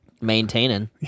maintaining